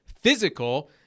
physical